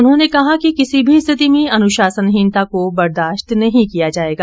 उन्होंने कहा कि किसी भी स्थिति में अनुशासनहीनता को बर्दाश्त नही किया जायेगा